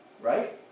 Right